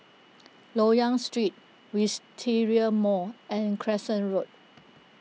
Loyang Street Wisteria Mall and Crescent Road